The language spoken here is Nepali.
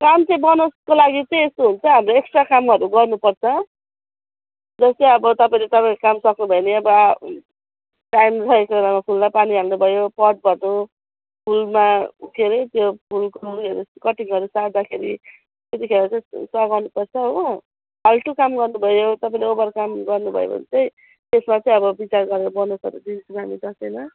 काम चाहिँ बोनसको लागि चाहिँ यस्तो हुन्छ हाम्रो एक्ट्रा कामहरू गर्नुपर्छ जस्तै अब तपाईँले तपाईँको काम सक्नुभयो भने अब टाइम रहेको बेलामा त्यो फुललाई पानी हाल्नुभयो पट भर्नु फुलमा के अरे त्यो फुलको उयोहरू कटिङहरू सार्दाखेरि त्यतिखेर चाहिँ सघाउनु पर्छ हो फाल्टो कामहरू गर्नुभयो तपाईँले ओभर काम गर्नुभयो भने चाहिँ त्यसमा चाहिँ अब विचार गरेर बोनसहरू दिन्छु हामी दसैँमा